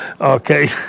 Okay